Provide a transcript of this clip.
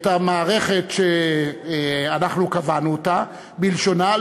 את המערכת שאנחנו קבענו אותה בלשונה,